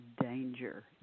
danger